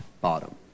bottom